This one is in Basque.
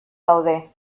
daude